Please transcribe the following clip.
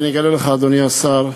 ואני אגלה לך, אדוני השר,